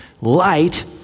Light